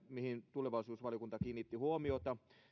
mihin tulevaisuusvaliokunta kiinnitti huomiota